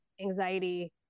anxiety